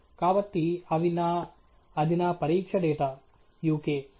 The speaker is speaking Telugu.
కాబట్టి అవి నా అది నా పరీక్ష డేటా uk